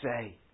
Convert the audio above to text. say